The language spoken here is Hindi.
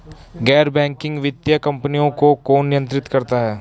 गैर बैंकिंग वित्तीय कंपनियों को कौन नियंत्रित करता है?